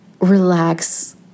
relax